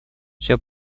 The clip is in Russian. всё